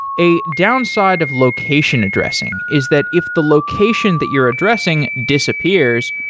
a downside of location addressing is that if the location that you're addressing disappears,